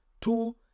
Two